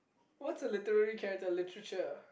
what's a literary character literature